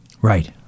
right